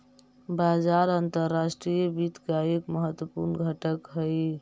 बाजार अंतर्राष्ट्रीय वित्त का एक महत्वपूर्ण घटक हई